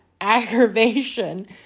aggravation